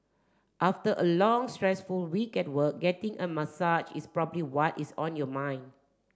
after a long stressful week at work getting a massage is probably what is on your mind